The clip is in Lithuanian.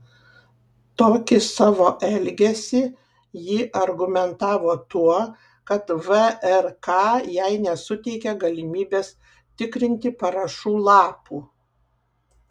tokį savo elgesį ji argumentavo tuo kad vrk jai nesuteikė galimybės tikrinti parašų lapų